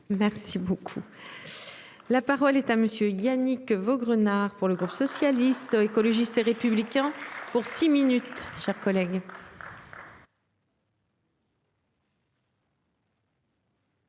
Merci beaucoup. La parole est à monsieur Yannick Vaugrenard pour le groupe socialiste, écologiste et républicain pour six minutes, chers collègues.